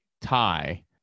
tie